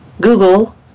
Google